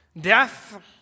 Death